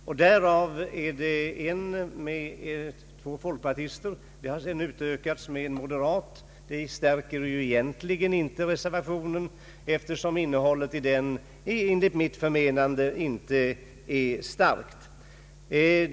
Av dessa är det en med två folkpartister, som senare utökats med en moderat, vilket inte på något sätt stärker reservationen, eftersom innehållet i den enligt mitt förmenande inte är starkt.